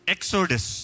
Exodus